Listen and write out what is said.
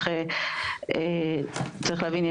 צריך להבין,